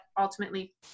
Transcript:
ultimately